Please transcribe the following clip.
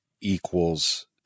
equals